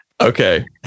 Okay